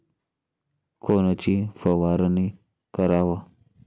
कोनची फवारणी कराव?